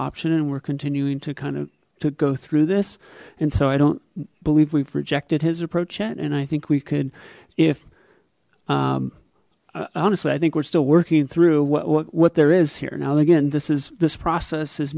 option and we're continuing to kind of to go through this and so i don't believe we've rejected his approach yet and i think we could if honestly i think we're still working through what what there is here now again this is this process is